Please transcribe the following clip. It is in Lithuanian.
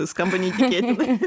skamba neįtikėtinai